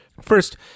First